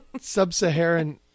sub-Saharan